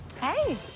Hey